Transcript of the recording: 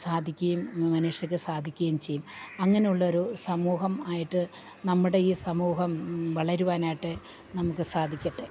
സാധിക്കുകയും മനുഷ്യർക്ക് സാധിക്കുകയും ചെയ്യും അങ്ങനെയൊള്ളൊരു സമൂഹം ആയിട്ട് നമ്മുടെ ഈ സമൂഹം വളരുവാനായിട്ട് നമുക്ക് സാധിക്കട്ടെ